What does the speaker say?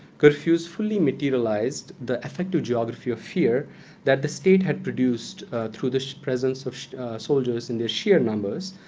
curfews fully materialized the effective geography of fear that the state had produced through the presence of soldiers in their sheer numbers,